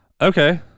Okay